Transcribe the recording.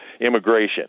Immigration